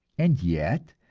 and yet,